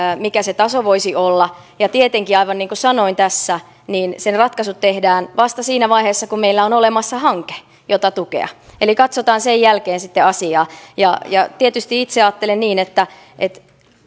mikä se taso voisi olla ja tietenkin aivan niin kuin sanoin tässä ratkaisut tehdään vasta siinä vaiheessa kun meillä on olemassa hanke jota tukea eli katsotaan sen jälkeen sitten asiaa tietysti itse ajattelen niin että että